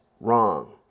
wrong